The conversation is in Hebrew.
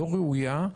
לא ראויה,